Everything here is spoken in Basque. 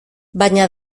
baina